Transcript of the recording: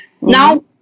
Now